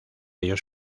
ellos